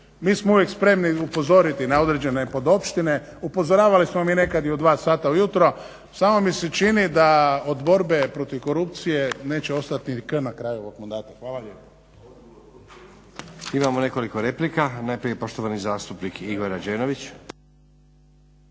mi smo uvijek spremni upozoriti na određene podopštine, upozoravali smo mi nekad i u 2 sata ujutro, samo mi se čini da od borbe protiv korupcije neće ostati ni k na kraju ovog mandata. Hvala lijepa.